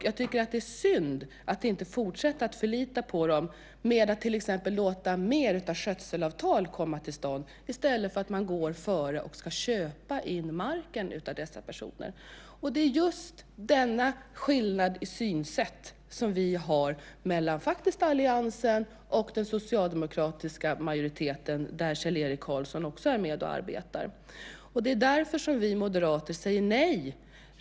Jag tycker att det är synd att inte fortsätta att förlita sig på dem och till exempel låta mer av skötselavtal komma till stånd i stället för att man ska gå före och köpa in marken av dessa personer. Det är just denna skillnad i synsätt vi har mellan alliansen och den socialdemokratiska majoriteten, där Kjell-Erik Karlsson också är med och arbetar. Det är också därför vi moderater säger nej.